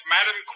Madam